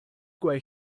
why